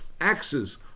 axes